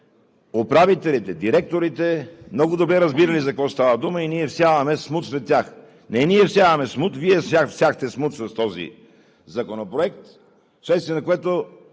управителите, директорите много добре разбирали за какво става дума и ние всяваме смут сред тях. Не ние всяваме смут – Вие всяхте смут с този законопроект, вследствие на което